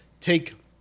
take